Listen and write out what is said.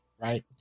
right